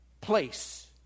place